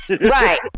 right